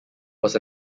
was